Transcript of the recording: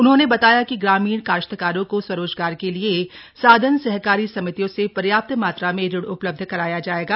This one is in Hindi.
उन्होंने बताया कि ग्रामीण काश्तकारों को स्वरोजगार के लिए साधन सहकारी समितियों से पर्याप्त मात्रा में ऋण उपलब्ध कराया जाएगा